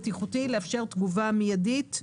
לקחת עכשיו לבדיקות סייבר בשלושה ימים,